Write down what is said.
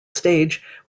stage